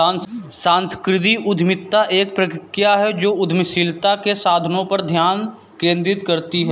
सांस्कृतिक उद्यमिता एक प्रक्रिया है जो उद्यमशीलता के संसाधनों पर ध्यान केंद्रित करती है